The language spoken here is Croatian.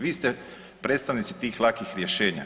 Vi ste predstavnici tih lakih rješenja.